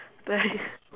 then you